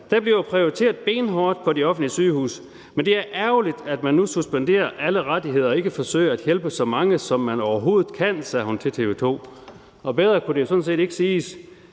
Der bliver prioriteret benhårdt på de offentlige sygehuse, men det er ærgerligt, at man suspenderer alle rettigheder og ikke forsøger at hjælpe så mange, som man overhovedet kan«, sagde hun til TV 2. Og bedre kunne det sådan set ikke siges.